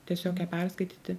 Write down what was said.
tiesiog ją perskaityti